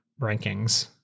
rankings